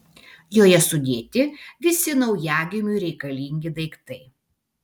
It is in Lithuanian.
joje sudėti visi naujagimiui reikalingi daiktai